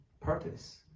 Purpose